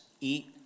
eat